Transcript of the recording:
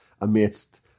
amidst